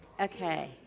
Okay